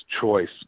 choice